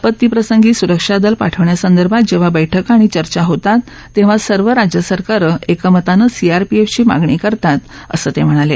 आपत्ती प्रसंगी सुरक्षा दल पाठवण्यासंदर्भात जेव्हा बैठका आणि चर्चा होतात तेव्हा सर्व राज्य सरकारं एकमतानं सीआरपीएफची मागणी करतात असं ते म्हणाले